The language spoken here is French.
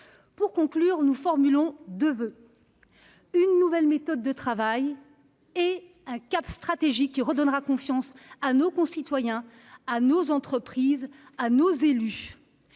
Saint-Avold ? Nous formulons deux voeux : une nouvelle méthode de travail et un cap stratégique qui redonnera confiance à nos concitoyens, à nos entreprises, à nos élus.